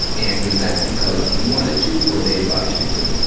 and was that because you wanted to or they advised you to?